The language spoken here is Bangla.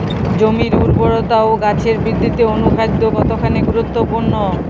জমির উর্বরতা ও গাছের বৃদ্ধিতে অনুখাদ্য কতখানি গুরুত্বপূর্ণ?